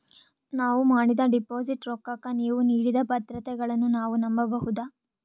ನಾವು ಮಾಡಿದ ಡಿಪಾಜಿಟ್ ರೊಕ್ಕಕ್ಕ ನೀವು ನೀಡಿದ ಭದ್ರತೆಗಳನ್ನು ನಾವು ನಂಬಬಹುದಾ?